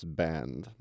band